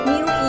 New